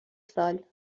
سال